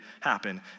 happen